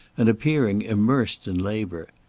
and appearing immersed in labour.